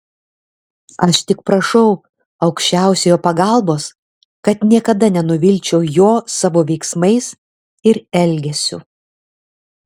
aš tik prašau aukščiausiojo pagalbos kad niekada nenuvilčiau jo savo veiksmais ir elgesiu